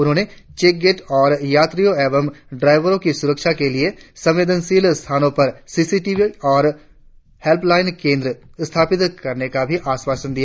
उन्होंने check gate और यात्रियो एवं ड्राइवरो की सुरक्षा के लिए संवेदनशील स्थानो पर सी सी टी वी और हेल्पलाइन केंद्र की स्थापना का भी आश्वासन दिया